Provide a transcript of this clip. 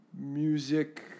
Music